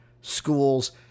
schools